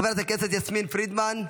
חברת הכנסת יסמין פרידמן,